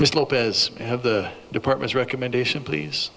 lopez have the department recommendation please